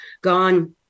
gone